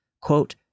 quote